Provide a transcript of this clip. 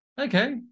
okay